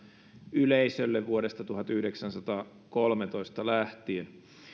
yleisölle vuodesta tuhatyhdeksänsataakolmetoista lähtien